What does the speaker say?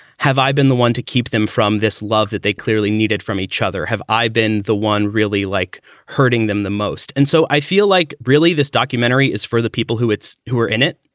have i been the one to keep them from this love that they clearly needed from each other? have i been the one really like hurting them the most? and so i feel like really this documentary is for the people who it's who are in it.